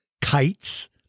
kites